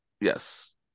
Yes